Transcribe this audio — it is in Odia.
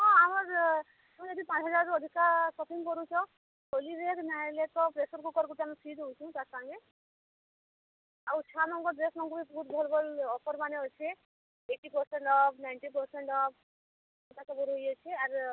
ହଁ ଆମର୍ ଯଦି ପାଞ୍ଚ ହଜାର୍ରୁ ଅଧିକା ସପିଂ କରୁଛ ଟ୍ରୋଲି ବେଗ୍ ନାଇହେଲେ ତ ପ୍ରେସର୍ କୁକର୍ ଗୁଟେ ଆମେ ଫ୍ରି ଦେଉଛୁ ତାର୍ସାଙ୍ଗେ ଆଉ ଛୁଆ ମାନଙ୍କର ନ ଡ୍ରେସ୍ମାନ୍କେ ବି ବହୁତ ଭଲ୍ ଭଲ୍ ଅଫର୍ମାନେ ଅଛେ eighty percent off ninety percent off ଏଟା ସବୁ ରହିଅଛେ ଆର୍